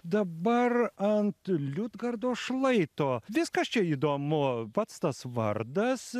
dabar ant liudgardo šlaito viskas čia įdomu pats tas vardas